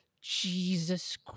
jesus